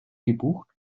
gebucht